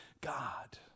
God